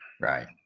Right